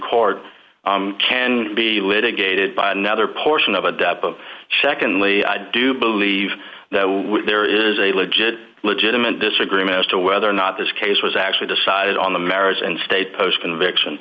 court can be litigated by another portion of a dab of secondly i do believe there is a legit legitimate disagreement as to whether or not this case was actually decided on the merits and state post conviction